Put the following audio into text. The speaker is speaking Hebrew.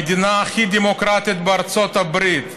המדינה הכי דמוקרטית בארצות הברית,